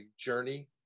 journey